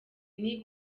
nti